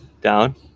Down